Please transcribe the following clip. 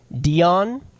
Dion